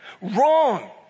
Wrong